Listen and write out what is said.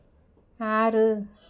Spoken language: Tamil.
ஆறு